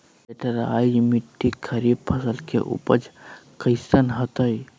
Laterite मिट्टी खरीफ फसल के उपज कईसन हतय?